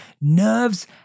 nerves